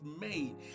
made